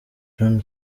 john